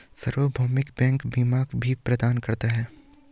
सार्वभौमिक बैंक बीमा भी प्रदान करता है